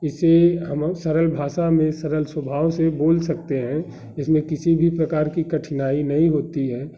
इसे हम सरल भाषा में सरल भाव से बोल सकते हैं इसमे किसी भी प्रकार की कठनाई नहीं होती है